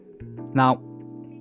now